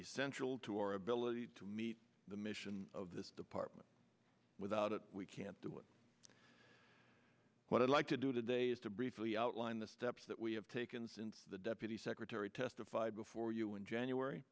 essential to our ability to meet the mission of this department without it we can't do it what i'd like to do today is to briefly outline the steps that we have taken since the deputy secretary testified before you in january